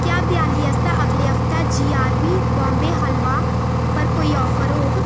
क्या देआली आस्तै अगले हफ्तै जी आरबी बाम्बे हलवा पर कोई आफर होग